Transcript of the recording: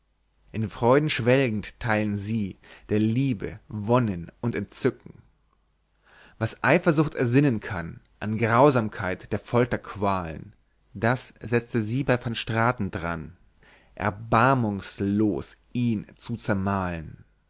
in freuden schwelgend theilen sie der liebe wonnen und entzücken was eifersucht ersinnen kann an grausamkeit der folterqualen das setzte sie bei van straten dran erbarmungslos ihn zu zermalen